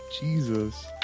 Jesus